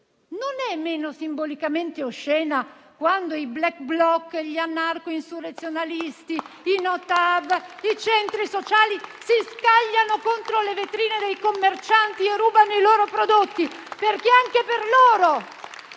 Non è meno simbolicamente oscena quando i Black Bloc, gli anarco-insurrezionalisti, i no TAV, i centri sociali si scagliano contro le vetrine dei commercianti e rubano i loro prodotti? Perché anche per loro